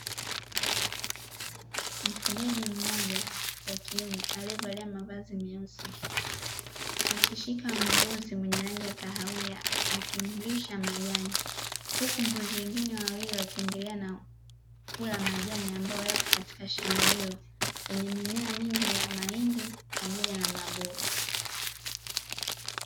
Mfugaji mmoja wa kiume aliye valia mavazi meusi, akishika mbuzi mwenye rangi ya kahawia, akimlisha majani, huku mbuzi wengi wawili wakiendelea na kula majani, ambayo yapo katika shamba hilo yenye mimea mingi ya mahindi pamoja na maboga.